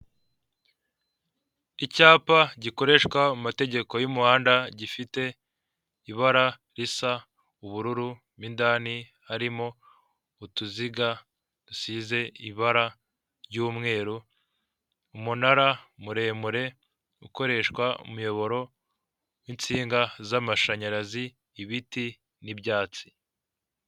Imodoka yo mu bwoko bw bw'ivatiri ikora akazi ko gutwara abagenzi, isize ibara ry'umweru n'umuhondo iri imuhanda wa kaburimbo, ku ruhande rw'ibumoso hari abagore babiri bari gutambuka bambaye utuntu mu mutwe, hirya yabo hari umutaka wa emutiyene ucururizwamo amayinite.